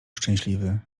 szczęśliwy